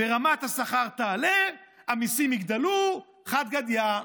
ורמת השכר תעלה, המיסים יגדלו, חד גדיא.